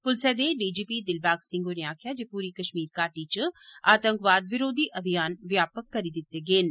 पुलसै दे डीजीपी दिलबाग सिंह होरें आक्खेआ जे पूरी कश्मीर घाटी च आतंकवाद विरोधी अभियान व्यापक करी दित्ते गे न